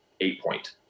eight-point